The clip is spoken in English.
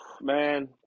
Man